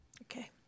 Okay